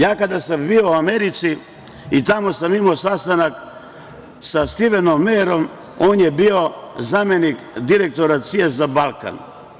Ja kada sam bio u Americi i tamo sam imao sastanak sa Stivenom Mejerom, on je bio zamenik direktora CIA za Balkan.